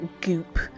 goop